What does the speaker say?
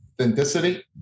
authenticity